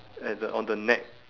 at the on the neck